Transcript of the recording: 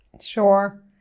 Sure